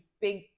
big